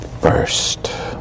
first